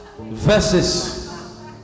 verses